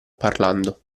parlando